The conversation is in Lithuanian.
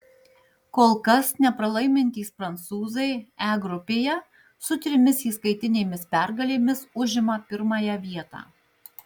kol kas nepralaimintys prancūzai e grupėje su trimis įskaitinėmis pergalėmis užima pirmąją vietą